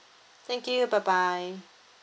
thank you bye bye